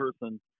person